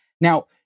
Now